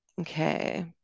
Okay